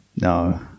No